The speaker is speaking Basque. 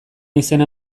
izena